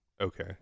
Okay